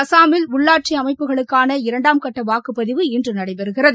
அசாமில் உள்ளாட்சி அமைப்புகளுக்கான இரண்டாம்கட்ட வாக்குப்பதிவு இன்று நடைபெறுகிறது